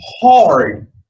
hard